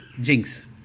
jinx